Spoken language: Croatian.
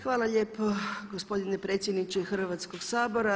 Hvala lijepo gospodine predsjedniče Hrvatskoga sabora.